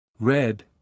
Red